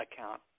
account